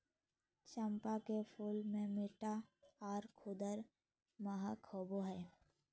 चंपा के फूल मे मीठा आर सुखद महक होवो हय